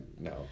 No